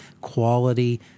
quality